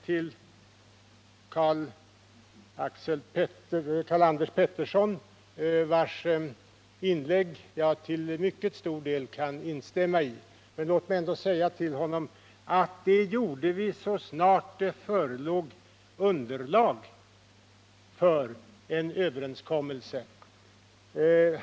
Till Karl-Anders Petersson, vars inlägg jag till mycket stora delar kan instämma i, vill jag säga att vi gjorde det så snart det förelåg underlag för en överenskommelse.